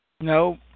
No